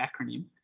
acronym